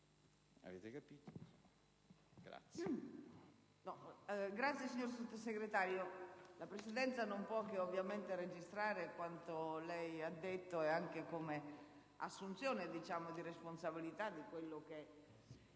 Avete capito? Grazie.